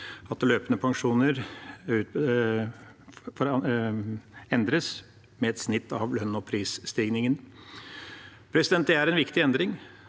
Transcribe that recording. at løpende pensjoner endres med et snitt av lønns- og prisstigningen. Det er en viktig endring.